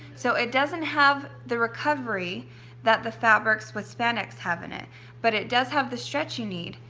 so it doesn't have the recovery that the fabrics with spandex have in it but it does have the stretch you need.